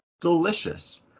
delicious